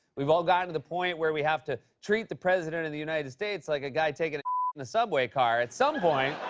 we've all gotten to the point where we have to treat the president of the united states like a guy taking a in the subway car. at some point,